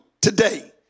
today